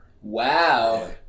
Wow